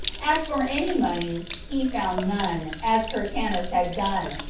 as for any money, he found none, as hyrcanus had done,